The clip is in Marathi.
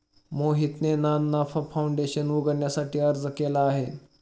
मोहितने ना नफा फाऊंडेशन उघडण्यासाठी अर्ज केला आहे